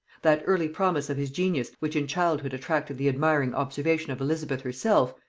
that early promise of his genius which in childhood attracted the admiring observation of elizabeth herself,